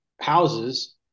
houses